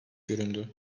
göründü